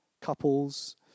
couples